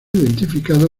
identificado